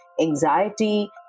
anxiety